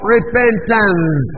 Repentance